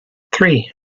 three